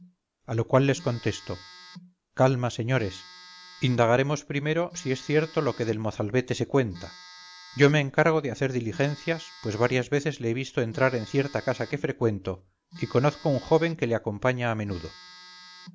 a lo cual les contesto calma señores indagaremos primero si es cierto lo que del mozalbete se cuenta yo me encargo de hacer diligencias pues varias veces le he visto entrar en cierta casa que frecuento y conozco un joven que le acompaña a menudo